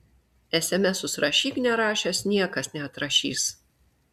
esemesus rašyk nerašęs niekas neatrašys